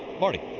marty?